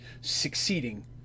succeeding